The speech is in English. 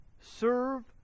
Serve